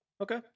Okay